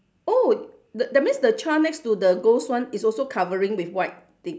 oh th~ that means the child next to the ghost one is also covering with white thing